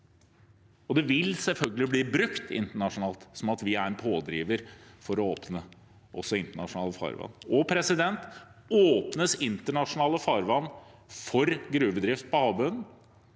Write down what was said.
Det vil selvfølgelig bli brukt internasjonalt som at vi er en pådriver for å åpne også i internasjonalt farvann. Åpnes internasjonalt farvann for gruvedrift på havbunnen